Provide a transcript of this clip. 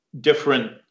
different